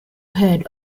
head